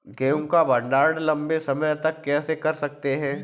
गेहूँ का भण्डारण लंबे समय तक कैसे कर सकते हैं?